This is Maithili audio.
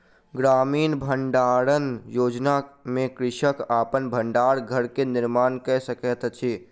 ग्रामीण भण्डारण योजना में कृषक अपन भण्डार घर के निर्माण कय सकैत अछि